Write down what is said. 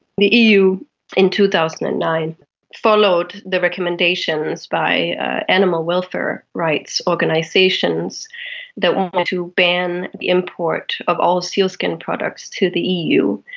the eu in two thousand and nine followed the recommendations by animal welfare rights organisations that to want to ban the import of all sealskin products to the eu.